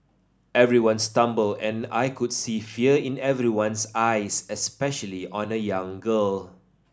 everyone stumbled and I could see fear in everyone's eyes especially on a young girl